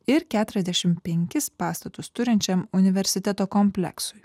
ir keturiasdešimt penkis pastatus turinčiam universiteto kompleksui